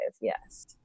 Yes